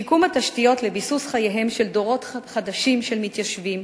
שיקום התשתיות לביסוס חייהם של דורות חדשים של מתיישבים,